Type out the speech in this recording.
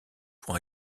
pour